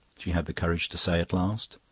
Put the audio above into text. she had the courage to say at last.